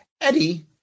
Eddie